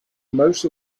most